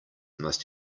must